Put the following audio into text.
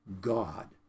god